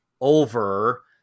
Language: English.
over